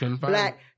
black